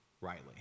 rightly